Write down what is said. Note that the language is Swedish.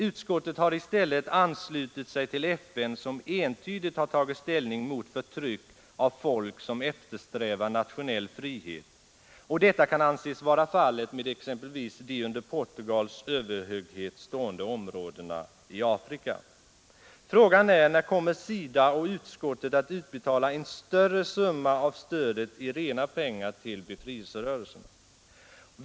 Utskottet har i stället anslutit sig till FN, som entydigt har tagit ställning mot förtryck av folk som eftersträvar nationell frihet, och detta kan anses vara fallet med exempelvis de under Portugals överhöghet stående områdena i Afrika. Frågan är: När kommer SIDA och utskottet att utbetala en större summa av stödet i rena pengar till befrielserörelserna?